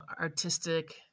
artistic